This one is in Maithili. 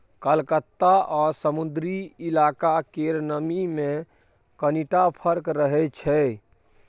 कलकत्ता आ समुद्री इलाका केर नमी मे कनिटा फर्क रहै छै